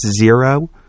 zero